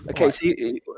okay